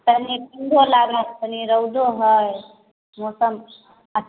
कनि ठण्डो लागत कनि रौदो हय मौसम